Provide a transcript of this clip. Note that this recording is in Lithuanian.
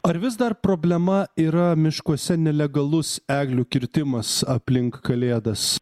ar vis dar problema yra miškuose nelegalus eglių kirtimas aplink kalėdas